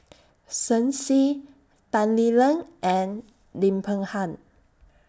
Shen Xi Tan Lee Leng and Lim Peng Han